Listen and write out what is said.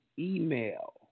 Email